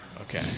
Okay